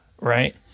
right